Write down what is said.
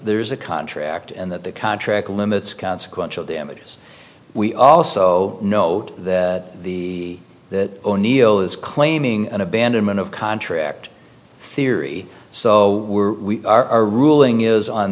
there's a contract and that the contract limits consequential damages we also know that the that o'neal is claiming an abandonment of contract theory so we're we are ruling is on